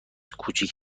کوچک